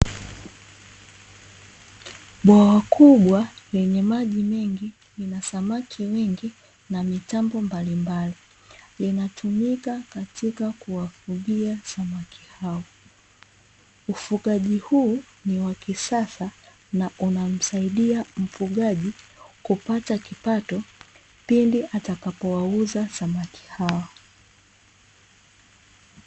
Bwawa kubwa lenye maji mengi lina samaki wengi na mitambo mbalimbali linatumika katika kuwafugia samaki hao. Ufugaji huu ni wa kisasa na unamsaidia mfugaji kupata kipato pindi atakapowauza samaki hao